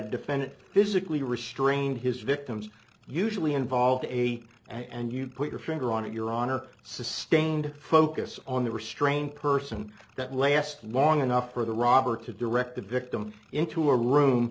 defend it physically restrain his victims usually involve eight and you put your finger on it your honor sustained focus on the restraint person that lasted long enough for the robber to direct the victim into a room